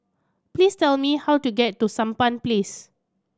please tell me how to get to Sampan Place